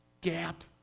gap